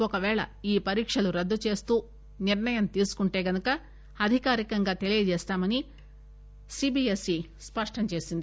ఒక పేళ ఈ పరీక్షలు రద్దు చేస్తూ నిర్ణయం తీసుకుంటే అధికారికంగా తెలియచేస్తామని సిబిఎస్ సి స్పష్టం చేసింది